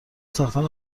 ساختن